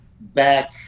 back